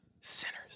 Sinners